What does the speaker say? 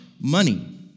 money